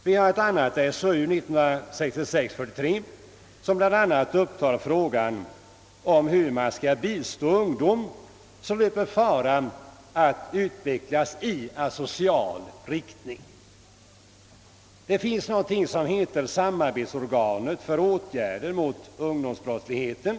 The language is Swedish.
Vi har dessutom SOU 1966:43 som bl.a. upptar frågan om hur man skall bistå ungdom som löper fara att utvecklas i asocial riktning. Det finns något som heter »Samarbetsorganet för åtgärder mot ungdomsbrottsligheten».